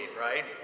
right